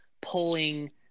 pulling